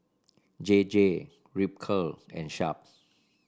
J J Ripcurl and Sharp